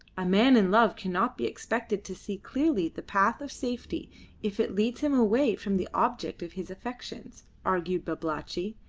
a man in love cannot be expected to see clearly the path of safety if it leads him away from the object of his affections, argued babalatchi,